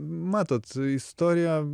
matot istorija